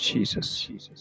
Jesus